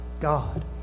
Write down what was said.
God